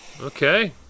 Okay